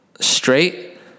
straight